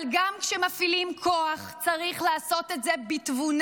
אבל גם כשמפעילים כוח, צריך לעשות את זה בתבונה,